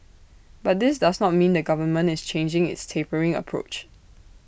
but this does not mean the government is changing its tapering approach